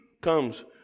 comes